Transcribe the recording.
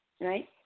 right